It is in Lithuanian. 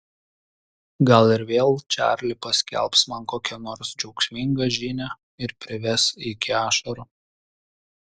gal ir vėl čarli paskelbs man kokią nors džiaugsmingą žinią ir prives iki ašarų